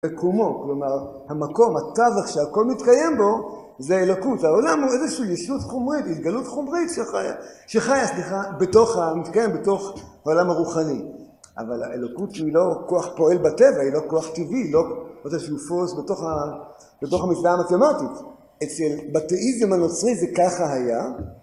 בקומו כלומר המקום הטבח שהכל מתקיים בו זה אלוקות. העולם הוא איזושהי ישות חומרית התגלות חומרית שחיה, שחיה סליחה, בתוך המתקיים בתוך העולם הרוחני אבל האלוקות שהיא לא כוח פועל בטבע היא לא כוח טבעי היא לא כוח שיתפוס בתוך המסע המתמטי אצל בטאיזם הנוצרי זה ככה היה